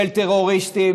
של טרוריסטים,